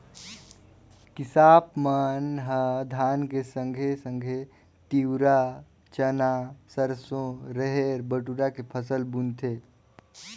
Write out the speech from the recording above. किसाप मन ह धान के संघे संघे तिंवरा, चना, सरसो, रहेर, बटुरा के फसल बुनथें